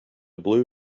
blue